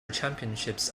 championships